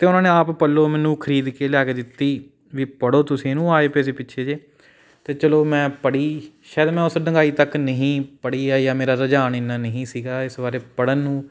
ਅਤੇ ਉਹਨਾਂ ਨੇ ਆਪ ਪੱਲੋਂ ਮੈਨੂੰ ਖ਼ਰੀਦ ਕੇ ਲਿਆ ਕੇ ਦਿੱਤੀ ਵੀ ਪੜ੍ਹੋ ਤੁਸੀਂ ਇਹਨੂੰ ਆਏ ਪੇ ਸੀ ਪਿੱਛੇ ਜਿਹੇ ਅਤੇ ਚਲੋ ਮੈਂ ਪੜ੍ਹੀ ਸ਼ਾਇਦ ਮੈਂ ਉਸ ਡੂੰਘਾਈ ਤੱਕ ਨਹੀਂ ਪੜ੍ਹੀ ਹੈ ਜਾਂ ਮੇਰਾ ਰੁਝਾਨ ਇੰਨਾ ਨਹੀਂ ਸੀਗਾ ਇਸ ਬਾਰੇ ਪੜ੍ਹਨ ਨੂੰ